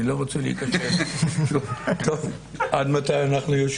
אני לא רוצה עד מתי אנחנו יושבים?